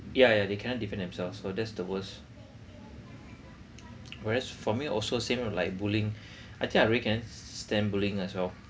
yeah yeah they cannot defend themselves so that's the worst whereas for me also same like bullying I think I really cannot stand bullying as well